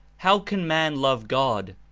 how can man love god,